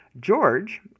george